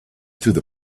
through